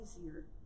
easier